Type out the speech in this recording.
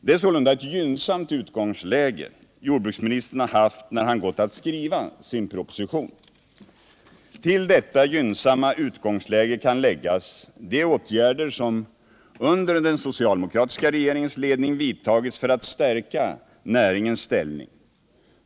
Det är sålunda ett gynnsamt utgångsläge jordbruksministern har haft när han gått att skriva sin proposition. Till detta gynnsamma utgångsläge 1 kan läggas de åtgärder som under den socialdemokratiska regeringens ledning vidtagits för att stärka näringens ställning.